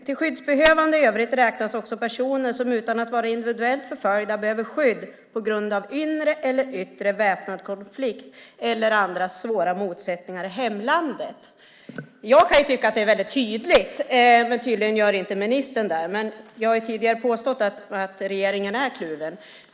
Till skyddsbehövande i övrigt räknas också personer som utan att vara individuellt förföljda behöver skydd på grund av inre eller yttre väpnad konflikt eller andra svåra motsättningar i hemlandet. Jag tycker att det är väldigt tydligt, men tydligen gör inte ministern det. Men jag har ju tidigare påstått att regeringen är kluven.